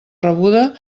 rebuda